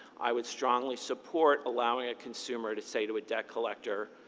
i would strongly support allowing a consumer to say to a debt collector,